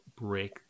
break